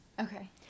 okay